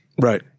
Right